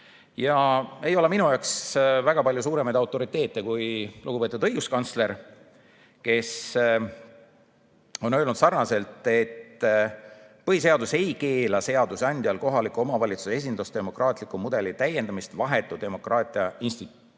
ei ole väga palju suuremaid autoriteete kui lugupeetud õiguskantsler, kes on öelnud, et põhiseadus ei keela seadusandjal kohaliku omavalitsuse esindusdemokraatliku mudeli täiendamist vahetu demokraatia instituutidega,